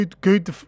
Good